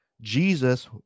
Jesus